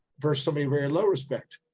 versus somebody very low respect,